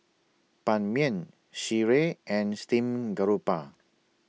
Ban Mian Sireh and Steamed Garoupa